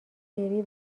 بری